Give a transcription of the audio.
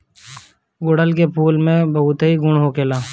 गुड़हल के फूल में बहुते गुण होखेला